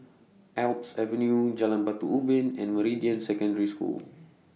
Alps Avenue Jalan Batu Ubin and Meridian Secondary School